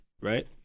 Right